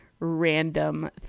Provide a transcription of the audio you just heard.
random